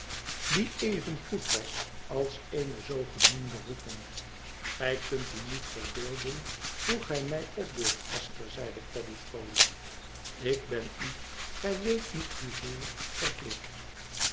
die evengoed was als eene zoogenoemde roeping gij kunt u niet verbeelden hoe ge mij opbeurt esther zeide caddy vroolijk ik ben u gij weet niet hoeveel verplicht